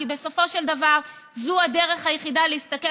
כי בסופו של דבר של דבר זו הדרך היחידה להסתכל